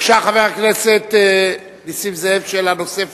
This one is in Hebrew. בבקשה, חבר הכנסת נסים זאב, שאלה נוספת.